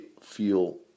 feel